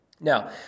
Now